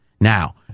Now